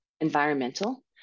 environmental